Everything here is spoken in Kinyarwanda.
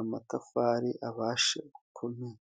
amatafari abashe gukomera.